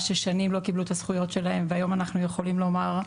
ששנים לא קיבלו את הזכויות שלהם והיום אנחנו יכולים לומר,